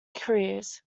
careers